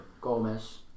Gomez